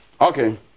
Okay